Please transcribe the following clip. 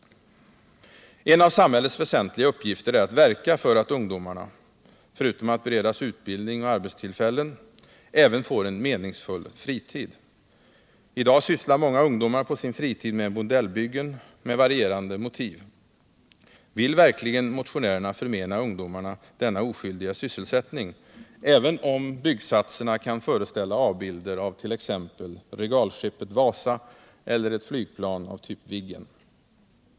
En av samhällets väsentliga uppgifter är att verka för att ungdomarna — förutom att beredas utbildning och arbetstillfällen — även får en meningsfull fritid. I dag sysslar många ungdomar på sin fritid med modellbyggen med varierande motiv. Vill verkligen motionärerna förmena ungdomarna denna oskyldiga sysselsättning därför att byggsatserna kan föreställa avbilder av t.ex. regalskeppet Wasa eller ett flygplan av typ Viggen?